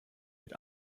mit